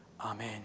amen